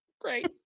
great